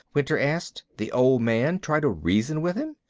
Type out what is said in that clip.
winter asked. the old man? try to reason with him?